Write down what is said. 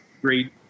great